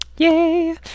Yay